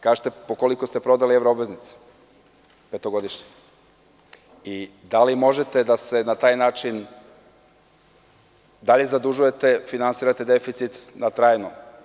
Kažite po koliko ste prodali evro obveznice petogodišnje i da li možete da se na taj način dalje zadužujete, finansirate deficit na trajno?